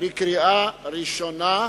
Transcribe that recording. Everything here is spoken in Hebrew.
לקריאה ראשונה,